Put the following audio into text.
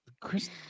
Chris